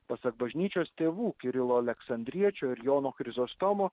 pasak bažnyčios tėvų kirilo aleksandriečio ir jono krizostomo